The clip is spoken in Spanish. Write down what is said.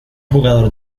jugador